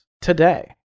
today